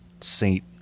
saint